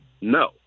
No